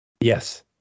Yes